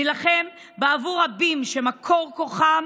נילחם בעבור רבים שמקור כוחם